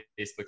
Facebook